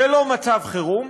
זה לא מצב חירום?